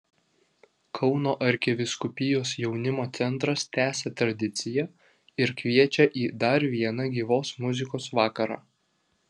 kauno arkivyskupijos jaunimo centras tęsia tradiciją ir kviečią į dar vieną gyvos muzikos vakarą